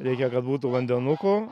reikia kad būtų vandenuko